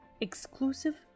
Exclusive